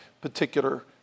particular